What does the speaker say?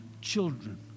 children